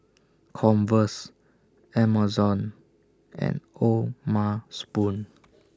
Converse Amazon and O'ma Spoon